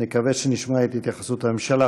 נקווה שנשמע את התייחסות הממשלה.